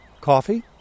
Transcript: coffee